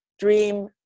dream